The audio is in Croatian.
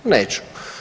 Neću.